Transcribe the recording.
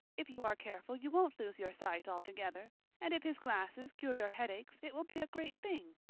if you are careful you won't lose your sight altogether and if his glasses cure your headaches it will be a great thing.